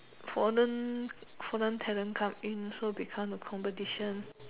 foreign foreign talent so become the competition